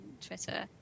Twitter